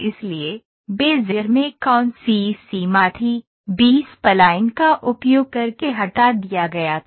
इसलिए बेज़ियर में कौन सी सीमा थी बी स्पलाइन का उपयोग करके हटा दिया गया था